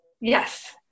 Yes